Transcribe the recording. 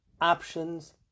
options